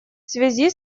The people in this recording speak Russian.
связи